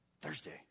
Thursday